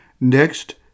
Next